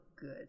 good